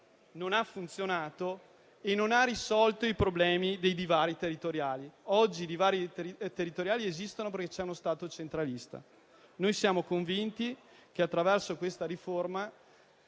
non ha funzionato e non ha risolto i problemi e i divari territoriali, che oggi esistono perché c'è uno Stato centralista. Noi siamo convinti che, attraverso questa riforma,